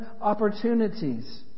opportunities